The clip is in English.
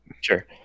sure